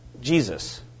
Jesus